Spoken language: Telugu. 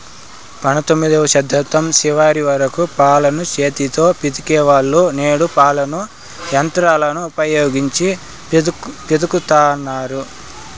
పంతొమ్మిదవ శతాబ్దం చివరి వరకు పాలను చేతితో పితికే వాళ్ళు, నేడు పాలను యంత్రాలను ఉపయోగించి పితుకుతన్నారు